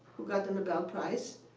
who got the nobel prize.